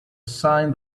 sign